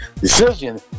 decision